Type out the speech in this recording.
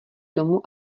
tomu